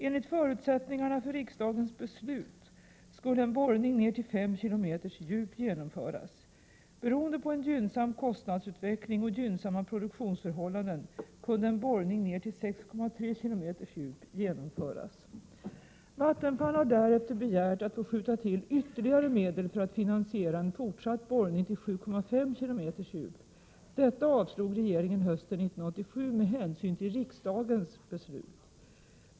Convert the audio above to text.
Enligt förutsättningarna för riksdagens beslut skulle en borrning ner till 5 km djup genomföras. Beroende på en gynnsam kostnadsutveckling och gynnsamma produktionsförhållanden kunde en borrning ner till 6,3 km djup genomföras. Vattenfall har därefter begärt att få skjuta till ytterligare medel, för att finansiera en fortsatt borrning till 7,5 km djup. Detta avslog regeringen hösten 1987 med hänsyn till riksdagens beslut.